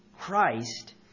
Christ